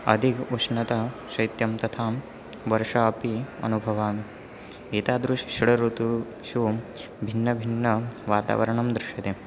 अधिक उष्णता शैत्यं तथा वर्षापि अनुभवामि एतादृशः षड् ऋतुषु भिन्नभिन्नवातावरणं दृश्यते